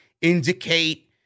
indicate